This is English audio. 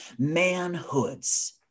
manhoods